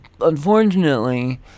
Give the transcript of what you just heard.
unfortunately